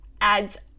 adds